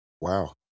Wow